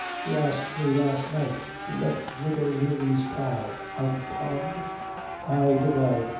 you asked me last night to let widow leary's cow out o' pound? ay, did i!